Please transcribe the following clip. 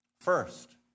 First